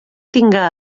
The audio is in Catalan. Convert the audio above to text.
tinga